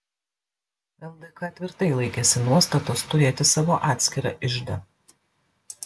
ldk tvirtai laikėsi nuostatos turėti savo atskirą iždą